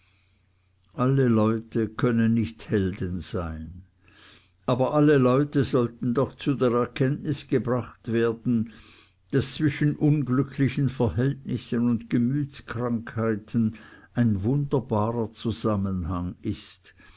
alle leute können nicht helden sein aber alle leute sollten doch zu der erkenntnis gebracht werden daß zwischen unglücklichen verhältnissen und gemütskrankheiten ein wunderbarer zusammenhang ist